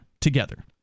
together